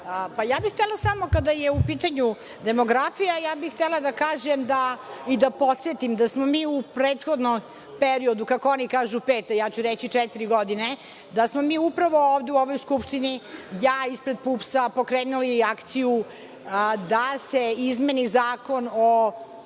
Htela bih samo kada je u pitanju demografija, htela bih da kažem, i da podsetim, da smo mi u prethodnom periodu, kako oni kažu pete, ja ću reći četiri godine, da smo mi upravo ovde u ovoj Skupštini, ja ispred PUPS-a pokrenuli akciju da se izmeni Zakon o